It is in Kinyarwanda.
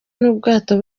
n’ubwato